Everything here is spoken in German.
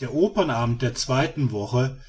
der opernabend der zweiten woche